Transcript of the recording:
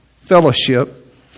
fellowship